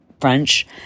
French